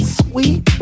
sweet